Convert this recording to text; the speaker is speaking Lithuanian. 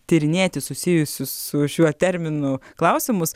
tyrinėti susijusius su šiuo terminu klausimus